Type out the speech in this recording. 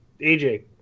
AJ